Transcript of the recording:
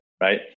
right